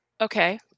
Okay